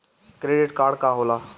Credit card का होला?